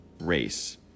race